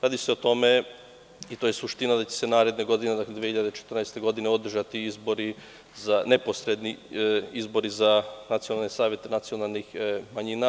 Radi se o tome, i to je suština, da će se naradne godine, 2014. godine, održati neposredni izbori za nacionalne savete nacionalnih manjina.